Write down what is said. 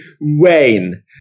Wayne